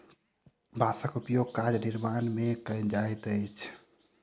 बांसक उपयोग कागज निर्माण में कयल जाइत अछि